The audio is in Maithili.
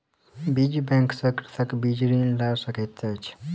बीज बैंक सॅ कृषक बीज ऋण लय सकैत अछि